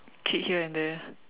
kick here and there